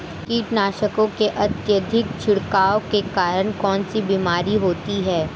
कीटनाशकों के अत्यधिक छिड़काव के कारण कौन सी बीमारी होती है?